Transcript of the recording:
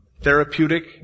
therapeutic